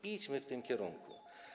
Idźmy w tym kierunku.